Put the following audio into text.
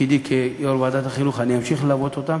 שבתפקידי כיו"ר ועדת החינוך אני אמשיך ללוות אותם,